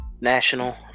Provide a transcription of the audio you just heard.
National